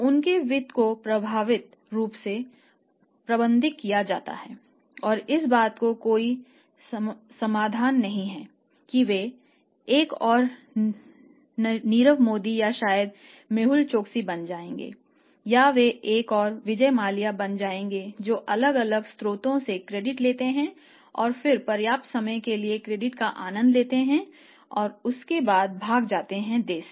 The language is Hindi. उनके वित्त को प्रभावी रूप से प्रबंधित किया जा रहा है और इस बात की कोई संभावना नहीं है कि वे एक और नीरव मोदी या शायद मेहुल चोकसी बन जाएंगे या वे एक और विजय माल्या बन जाएंगे जो अलग अलग स्रोतों से क्रेडिट लेते हैं और फिर पर्याप्त समय के लिए क्रेडिट का आनंद लेते हैं और उसके बाद भाग जाते हैं देश से